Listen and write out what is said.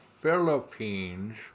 Philippines